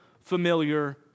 familiar